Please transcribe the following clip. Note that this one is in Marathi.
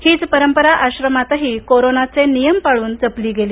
हीच परंपरा आश्रमातही कोरोनाचे नियम पाळून जपल्या गेली